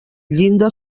llinda